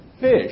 fish